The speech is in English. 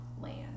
land